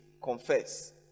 Confess